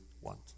want